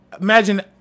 Imagine